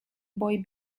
boy